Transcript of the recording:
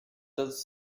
does